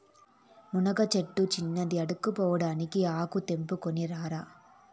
మునగ సెట్టిక్కించినది ఆడకూసోడానికా ఆకు తెంపుకుని రారా